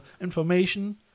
information